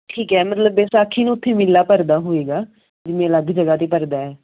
ਠੀਕ ਹੈ ਮਤਲਬ ਵਿਸਾਖੀ ਨੂੰ ਉੱਥੇ ਮੇਲਾ ਭਰਦਾ ਹੋਏਗਾ ਜਿਵੇਂ ਅਲੱਗ ਜਗ੍ਹਾ 'ਤੇ ਭਰਦਾ